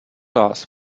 vás